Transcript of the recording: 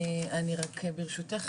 אני רק ברשותך,